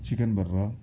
chicken برّا